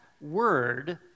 word